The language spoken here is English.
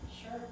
Sure